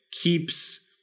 keeps